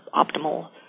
optimal